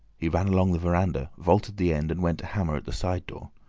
he ran along the veranda, vaulted the end, and went to hammer at the side door.